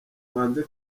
banze